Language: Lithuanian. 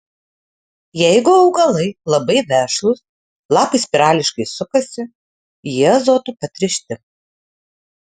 jeigu augalai labai vešlūs lapai spirališkai sukasi jie azotu patręšti